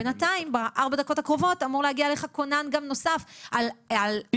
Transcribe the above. בינתיים ב-4 דקות הקרובות אמור להגיע אלייך גם כונן נוסף על אופנוע.'